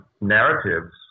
narratives